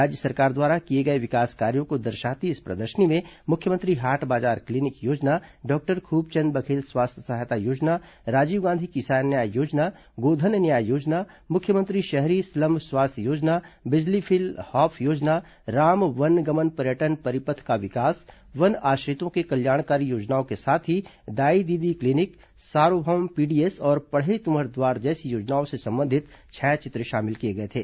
राज्य सरकार द्वारा किए गए विकास कार्यो को दर्शाती इस प्रदर्शनी में मुख्यमंत्री हाट बाजार क्लीनिक योजना डॉक्टर खूबचंद बघेल स्वास्थ्य सहायता योजना राजीव गांधी किसान न्याय योजना गोधन न्याय योजना मुख्यमंत्री शहरी स्लम स्वास्थ्य योजना बिजली बिल हाफ योजना राम वनगमन पर्यटन परिपथ का विकास वन आश्रितों के कल्याणकारी योजनाओं के साथ ही दाई दीदी क्लीनिक सार्वभौम पीडीएस और पढ़ई तुंहर दुआर जैसी योजनाओं से संबंधित छायाचित्र शामिल किए गए थे